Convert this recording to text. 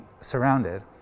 surrounded